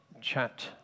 chat